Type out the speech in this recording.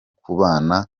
kubana